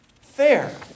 fair